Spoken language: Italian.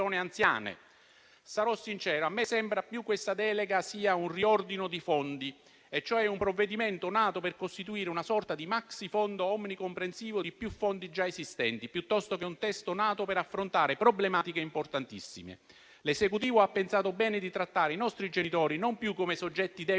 Sarò sincero: a me sembra che questa delega sia più un riordino di fondi, cioè un provvedimento nato per costituire una sorta di maxifondo omnicomprensivo di più fondi già esistenti, piuttosto che un testo nato per affrontare problematiche importantissime. L'Esecutivo ha pensato bene di trattare i nostri genitori non più come soggetti deboli